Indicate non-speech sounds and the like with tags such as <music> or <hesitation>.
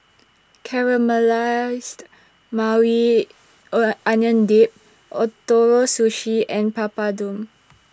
Caramelized Maui <hesitation> Onion Dip Ootoro Sushi and Papadum